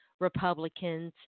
Republicans